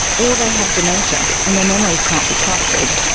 or they have dementia and their memories can't be trusted.